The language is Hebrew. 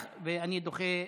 נוכח, אבל אני דוחה לסוף,